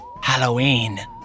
Halloween